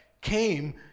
came